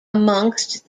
amongst